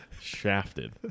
Shafted